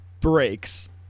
breaks